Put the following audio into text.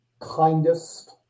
kindest